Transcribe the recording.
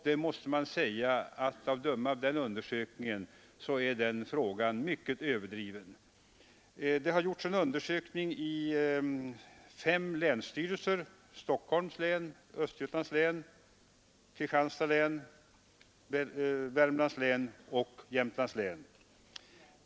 Att döma av den undersökningen är jävsfrågan mycket överdriven. Undersökningen har omfattat fem län: Stockholms, Östergötlands, Kristianstads, Värmlands och Jämtlands län.